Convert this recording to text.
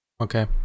Okay